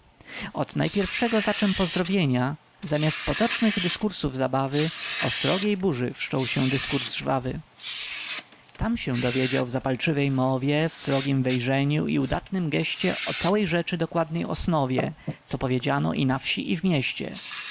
od najpierwszego zaczem pozdrowienia zamiast potocznych dyskursów zabawy o srogiej burzy wszczął się dyskurs żwawy tam się dowiedział w zapalczywej mowie w srogiem wejrzeniu i udatnym gieście o całej rzeczy dokładnie osnowie co powiadano i na wsi i w mieście